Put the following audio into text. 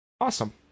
Awesome